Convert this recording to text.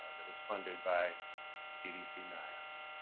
that was funded by cdc niosh.